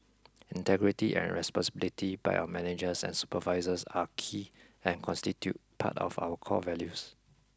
integrity and responsibility by our managers and supervisors are key and constitute part of our core values